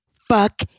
Fuck